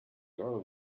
girl